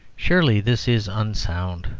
surely this is unsound